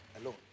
alone